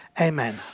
Amen